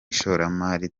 ishoramari